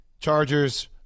Chargers